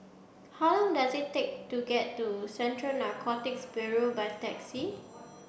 how long does it take to get to Central Narcotics Bureau by taxi